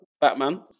Batman